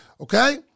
Okay